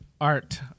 Art